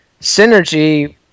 synergy